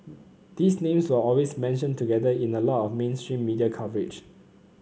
these names were always mentioned together in a lot mainstream media coverage